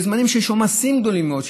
בזמנים שיש עומסים גדולים מאוד,